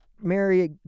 Mary